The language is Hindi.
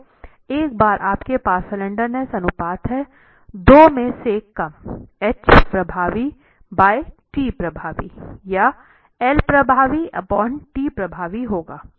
तो एक बार आपके पास स्लैंडरनेस अनुपात हैं दो में से कम H प्रभावी बाय T प्रभावी या L प्रभावी t प्रभावी होगा